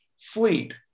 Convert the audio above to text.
fleet